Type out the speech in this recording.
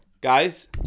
guys